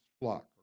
flock